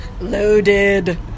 Loaded